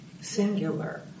singular